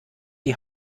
die